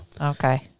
Okay